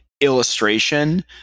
illustration